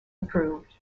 improved